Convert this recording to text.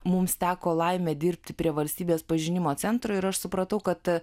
mums teko laimė dirbti prie valstybės pažinimo centro ir aš supratau kad